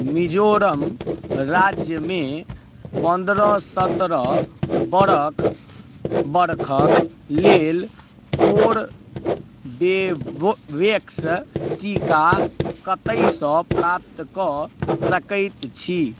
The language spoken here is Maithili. मिजोरम राज्यमे पन्द्रह सत्रह बरख बरखक लेल कोरबेवैक्स टीका कतयसँ प्राप्त कऽ सकैत छी